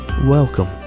Welcome